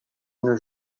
une